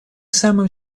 самым